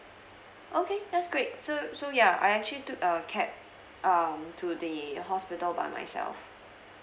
okay that's great so so ya I actually took a cab um to the hospital by myself